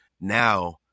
now